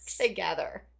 together